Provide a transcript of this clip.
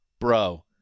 bro